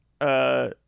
Uh-